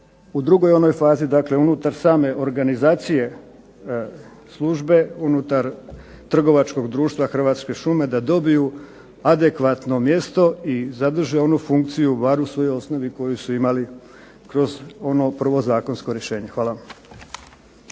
u drugoj fazi unutar same organizacije službe unutar trgovačkog društva Hrvatske šume, da dobiju adekvatno mjesto i zadrže onu funkciju bar u svojoj osnovi koju su imali kroz ono prvo zakonsko rješenje. Hvala.